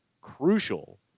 crucial